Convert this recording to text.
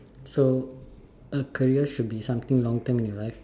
so a career should be something long term in your life